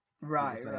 Right